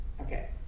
Okay